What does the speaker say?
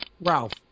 Ralph